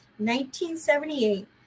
1978